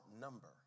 number